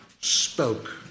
spoke